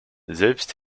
selbst